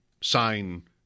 sign